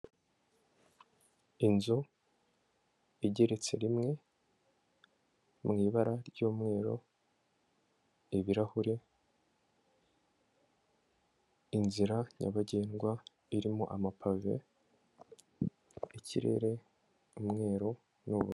Inzu igeretse rimwe, mu ibara ry'umweru, ibirahuri, inzira nyabagendwa irimo amapave, ikirere umweru n'ubururu.